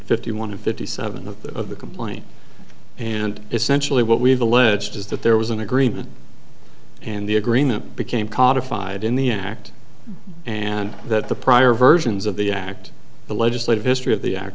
fifty one fifty seven of the complaint and essentially what we've alleged is that there was an agreement and the agreement became codified in the act and that the prior versions of the act the legislative history of the act